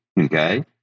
Okay